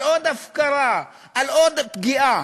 על עוד הפקרה, על עוד פגיעה,